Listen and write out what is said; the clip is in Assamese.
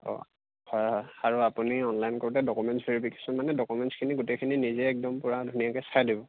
অঁ হয় হয় আৰু আপুনি অনলাইন কৰোতে ডকুমেণ্টছ ভেৰিফিকেশ্যন মানে ডকুমেণ্টছখিনি গোটেইখিনি নিজে একদম পুৰা ধুনীয়াকৈ চাই দিব